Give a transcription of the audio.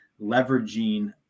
leveraging